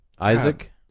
Isaac